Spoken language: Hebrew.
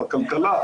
בכלכלה,